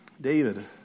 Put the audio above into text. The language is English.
David